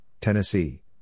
Tennessee